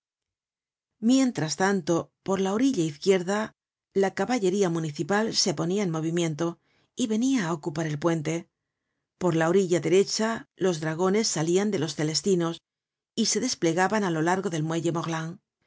mientras tanto por la orilla izquierda la caballería municipal se ponia en movimiento y venia á ocupar el puente por la orilla derecha los dragones salian de los celestinos y se desplegaban á lo largo del muelle morland